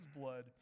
blood